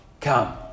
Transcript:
Come